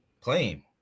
playing